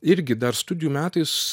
irgi dar studijų metais